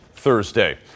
Thursday